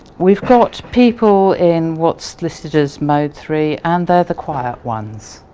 we've got people in what's listed as mode three and they're the quiet ones.